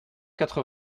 quatre